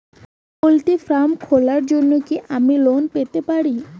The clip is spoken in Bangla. পোল্ট্রি ফার্ম খোলার জন্য কি আমি লোন পেতে পারি?